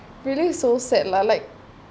really so sad lah like